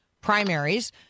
primaries